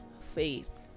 faith